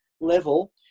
level